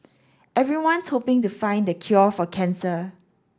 everyone's hoping to find the cure for cancer